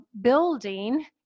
building